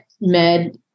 med